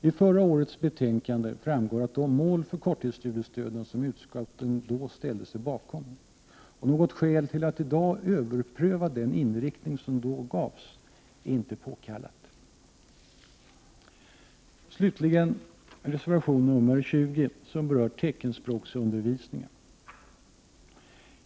Av förra årets betänkande framgår de mål för korttidsstudiestödet som utskottet då ställde sig bakom, och att i dag överpröva den inriktning som då angavs är inte påkallat. Slutligen reservation nr 20, som berör teckenspråksundervisningen.